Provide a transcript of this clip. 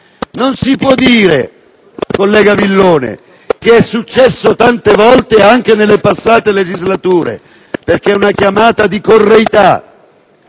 Non si può dire, collega Villone, che è successo tante volte anche nelle passate legislature, perché è una chiamata di correità;